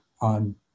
on